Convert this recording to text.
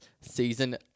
season